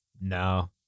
No